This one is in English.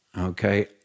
Okay